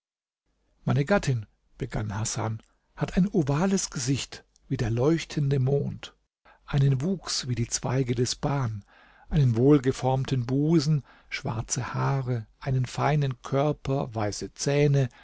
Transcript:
meine gattin begann hasan hat ein ovales gesicht wie der leuchtende mond einen wuchs wie die zweige des ban einen wohlgeformten busen schwarze haare einen feinen körper weiße zähne